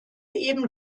eben